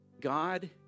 God